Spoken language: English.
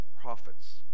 prophets